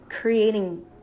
creating